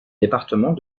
départements